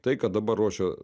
tai kad dabar ruošia